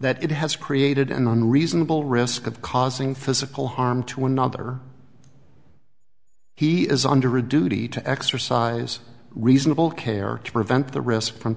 that it has created an unreasonable risk of causing physical harm to another he is under a duty to exercise reasonable care to prevent the risk from